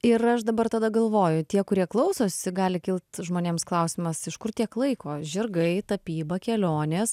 ir aš dabar tada galvoju tie kurie klausosi gali kilt žmonėms klausimas iš kur tiek laiko žirgai tapyba kelionės